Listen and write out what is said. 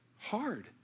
hard